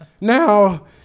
Now